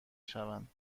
شوند